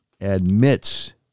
admits